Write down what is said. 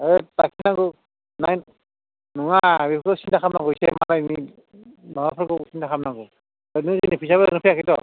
होत बासिनांगौ नङा बेफोरखौ सिनथा खालामनांगौ एसे मालायनि माबाफोरखौ सिनथा खालामनांगौ ओरैनो जोंनि फैसायाबो ओरैनो फैयाखैथ'